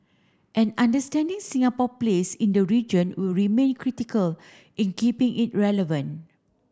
and understanding Singapore place in the region will remain critical in keeping it relevant